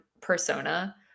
persona